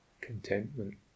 contentment